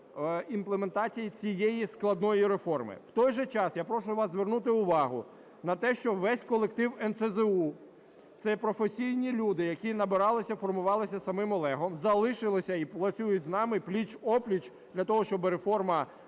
імплементації цієї складної реформи. В той же час я прошу вас звернути увагу на те, що весь колектив НСЗУ – це є професійні люди, які набиралися, формувалися самим Олегом, залишилися і працюють з нами пліч-о-пліч для того, щоби реформа